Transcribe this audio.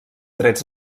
drets